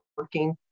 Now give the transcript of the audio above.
working